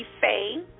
fame